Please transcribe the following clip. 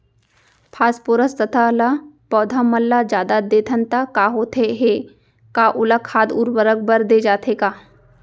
Phosphorus तथा ल पौधा मन ल जादा देथन त का होथे हे, का ओला खाद उर्वरक बर दे जाथे का?